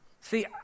See